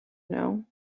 know